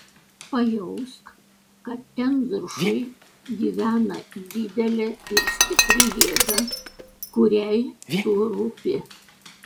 pajausk kad ten viršuj gyvena didelė ir stipri jėga kuriai tu rūpi